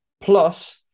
Plus